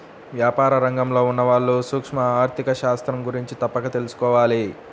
వ్యాపార రంగంలో ఉన్నవాళ్ళు సూక్ష్మ ఆర్ధిక శాస్త్రం గురించి తప్పక తెలుసుకోవాలి